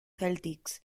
celtics